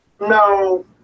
No